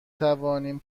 توانیم